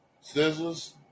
Scissors